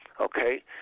okay